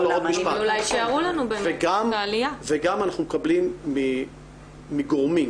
גם אנחנו מקבלים מגורמים,